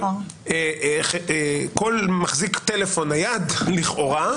כל מחזיק טלפון נייד לכאורה,